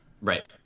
Right